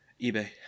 eBay